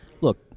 look